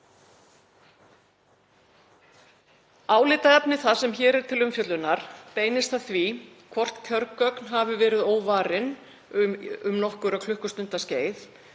Álitaefni það sem hér er til umfjöllunar beinist að því hvort kjörgögn hafi verið óvarin um nokkurra klukkustunda skeið